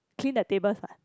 clean the tables what